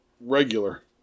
regular